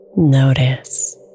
Notice